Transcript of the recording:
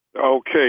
Okay